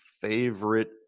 favorite